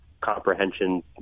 comprehension